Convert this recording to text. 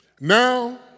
Now